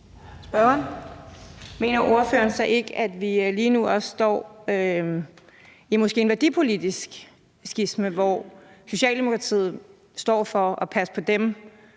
(S): Mener ordføreren så ikke, at vi lige nu også står i et måske værdipolitisk skisma, hvor Socialdemokratiet står for at passe på dem,